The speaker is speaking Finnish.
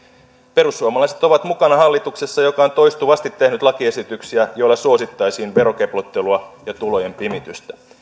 perussuomalaiset ovat mukana hallituksessa joka on toistuvasti tehnyt lakiesityksiä joilla suosittaisiin verokeplottelua ja tulojen pimitystä